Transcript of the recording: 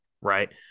right